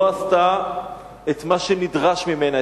לא עשתה את מה שנדרש ממנה,